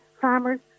farmers